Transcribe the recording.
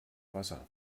wasser